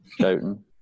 shouting